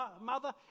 mother